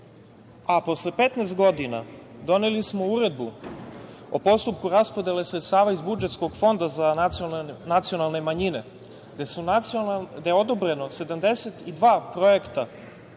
15 godina doneli smo Uredbu o postupku raspodele sredstava iz budžetskog Fonda za nacionalne manjine, gde su odobrena 72 projekta